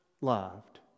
loved